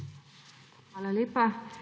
Hvala lepa.